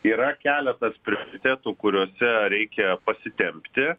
yra keletas prioritetų kuriuose reikia pasitempti